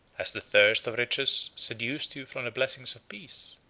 has the thirst of riches seduced you from the blessings of peace?